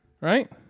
Right